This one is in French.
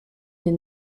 des